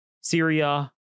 Syria